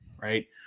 Right